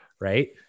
Right